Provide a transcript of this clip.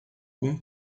com